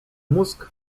mózg